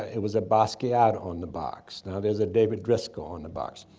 it was a basquiat on the box. now there's a david driskell on the box.